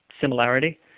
similarity